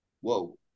whoa